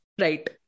Right